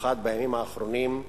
ובמיוחד בימים האחרונים,